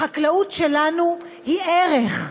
החקלאות שלנו היא ערך.